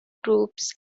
groups